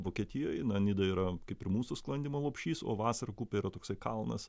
vokietijoj na nida yra kaip ir mūsų sklandymo lopšys o vasarkupė yra toksai kalnas